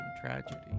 tragedy